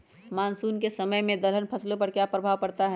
Monsoon के समय में दलहन फसलो पर क्या प्रभाव पड़ता हैँ?